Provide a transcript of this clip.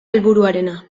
helburuarena